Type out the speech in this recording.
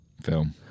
Film